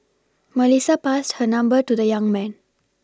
Melissa passed her number to the young man